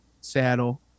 saddle